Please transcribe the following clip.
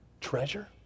treasure